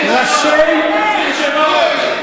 למי אתה מתכוון?